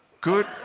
Good